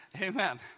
Amen